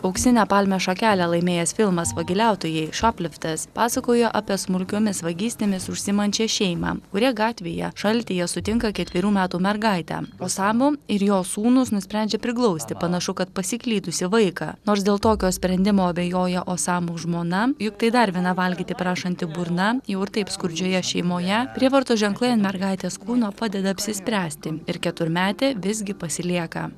auksinę palmės šakelę laimėjęs filmas vagiliautojai šopliftes pasakoja apie smulkiomis vagystėmis užsiimančią šeimą kurie gatvėje šaltyje sutinka ketverių metų mergaitę osamo ir jo sūnūs nusprendžia priglausti panašu kad pasiklydusį vaiką nors dėl tokio sprendimo abejoja osamo žmona juk tai dar viena valgyti prašanti burna jau ir taip skurdžioje šeimoje prievartos ženklai ant mergaitės kūno padeda apsispręsti ir keturmetė visgi pasilieka